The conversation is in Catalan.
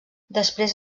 després